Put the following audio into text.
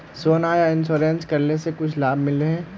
सोना यह इंश्योरेंस करेला से कुछ लाभ मिले है?